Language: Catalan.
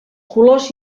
colors